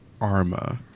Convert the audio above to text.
Arma